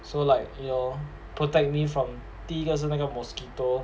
so like it'll protect me from 第一个是那个 mosquito